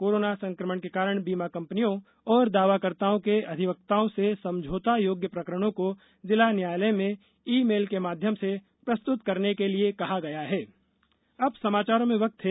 corona संक्रमण के कारण बीमा कंपनियों और दावाकर्ताओं के अधिवक्ताओं से समझौता योग्य प्रकरणों को जिला न्यायालय में ई मेल के माध्यम से प्रस्तुत करने के लिए कहा गया है